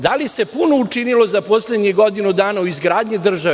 Da li se puno učinilo za poslednjih godinu dana u izgradnji države?